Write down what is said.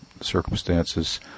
circumstances